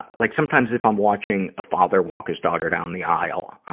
like, sometimes if i'm watching a father walk his daughter down the aisle, ah